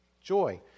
Joy